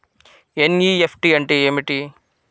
NEFT అంటే ఏమిటీ?